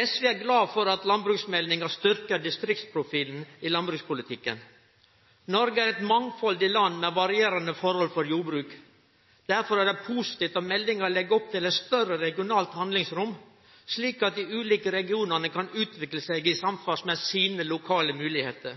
SV er glad for at landbruksmeldinga styrkjer distriktsprofilen i landbrukspolitikken. Noreg er eit mangfaldig land med varierande forhold for jordbruk. Derfor er det positivt at meldinga legg opp til eit større regionalt handlingsrom, slik at dei ulike regionane kan utvikle seg i samsvar med sine